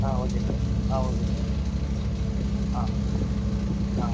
ஆ okay sir ஆ okay sir ஆ ஆ